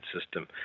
system